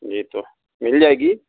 جی تو مل جائے گی